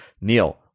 Neil